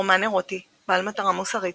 רומן ארוטי בעל מטרה מוסרית,